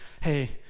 hey